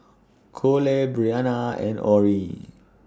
Kole Bryana and Orie